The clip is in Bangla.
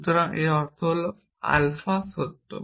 সুতরাং এর অর্থ হল আলফা সত্য